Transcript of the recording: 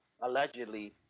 allegedly